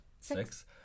six